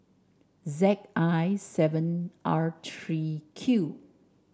Z I seven R three Q